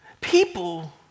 people